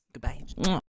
Goodbye